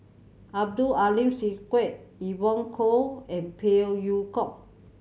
Abdul Aleem Siddique Evon Kow and Phey Yew Kok